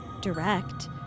direct